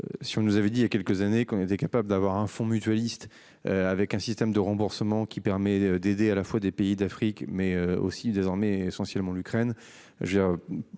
Si on nous avait dit il y a quelques années qu'on était capable d'avoir un fonds mutualistes. Avec un système de remboursement qui permet d'aider à la fois des pays d'Afrique mais aussi désormais essentiellement l'Ukraine.